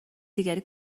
دیگری